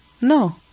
no